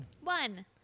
One